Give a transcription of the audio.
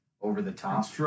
over-the-top